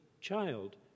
child